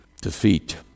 defeat